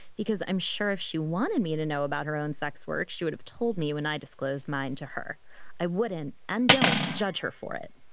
because i'm sure if she wanted me to know about her own sex work, she would have told me when i disclosed mine to her i wouldn't. and don't judge her for it.